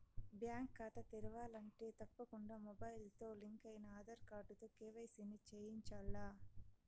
bank కాతా తెరవాలంటే తప్పకుండా మొబయిల్తో లింకయిన ఆదార్ కార్డుతో కేవైసీని చేయించాల్ల